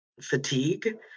fatigue